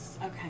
Okay